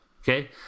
Okay